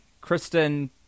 Kristen